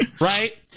right